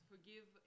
Forgive